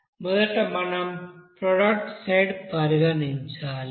మొదట మనం product side పరిగణించాలి